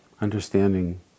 understanding